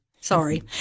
sorry